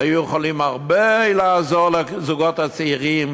היו יכולים לעזור הרבה לזוגות הצעירים